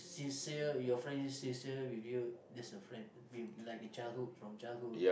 sincere if your friend is sincere with you that's a friend we like childhood from childhood